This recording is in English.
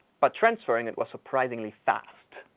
but transferring it was surprisingly fast.